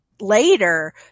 Later